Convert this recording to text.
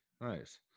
nice